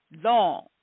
long